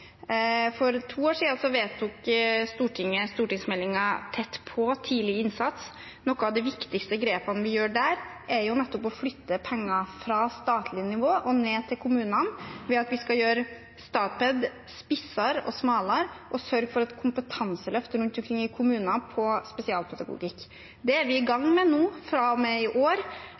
For to år siden vedtok Stortinget stortingsmeldingen Tett på – tidlig innsats. Noen av de viktigste grepene vi gjør der, er nettopp å flytte penger fra statlig nivå og ned til kommunene ved at vi skal gjøre Statped spissere og smalere og sørge for et kompetanseløft rundt omkring i kommunene på spesialpedagogikk. Det er vi i gang med nå, fra og med i år.